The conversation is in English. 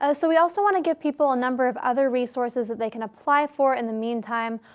ah so we also want to give people a number of other resources that they can apply for in the meantime.